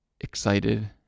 excited